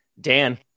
Dan